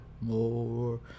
more